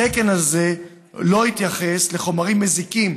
התקן הזה לא התייחס לחומרים מזיקים,